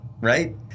right